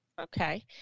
Okay